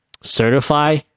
certify